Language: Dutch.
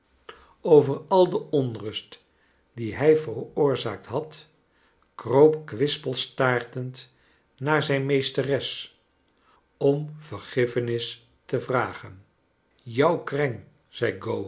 over al de onkleine dorrit tust die hij veroorzaakt had kroop kwispelstaartend naar zijn mees teres om vergiffenis te vragen jou kreng